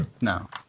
no